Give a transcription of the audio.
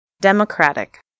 DEMOCRATIC